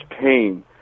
pain